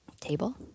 table